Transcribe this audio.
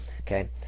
okay